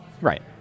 right